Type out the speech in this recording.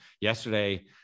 yesterday